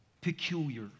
peculiar